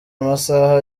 amasaha